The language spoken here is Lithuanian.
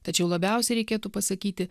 tačiau labiausiai reikėtų pasakyti